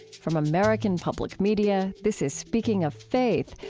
from american public media, this is speaking of faith,